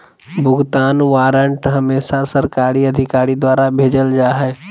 भुगतान वारन्ट हमेसा सरकारी अधिकारी द्वारा भेजल जा हय